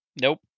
Nope